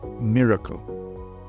miracle